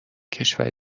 کشور